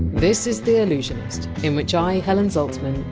this is the allusionist, in which i, helen zaltzman,